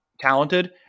talented